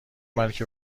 بلکه